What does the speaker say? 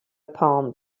palm